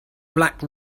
black